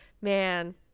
man